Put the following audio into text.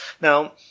Now